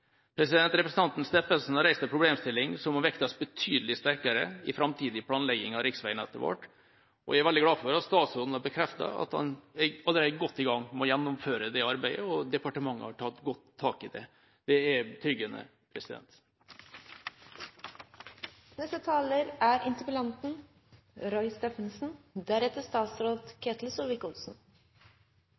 Representanten Steffensen har reist en problemstilling som må vektes betydelig sterkere i framtidig planlegging av riksveinettet vårt. Jeg er veldig glad for at statsråden har bekreftet at han er godt i gang med å gjennomføre det arbeidet, og departementet har tatt godt tak i det. Det er betryggende. Jeg var et lite øyeblikk bekymret for om vi heller burde ha neste